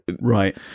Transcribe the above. Right